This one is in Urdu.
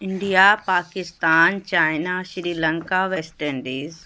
India Pakistan China Sri Lanka West Indies